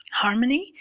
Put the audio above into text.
harmony